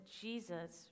Jesus